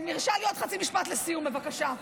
יורשה לי עוד חצי משפט לסיום, בבקשה.